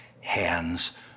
hands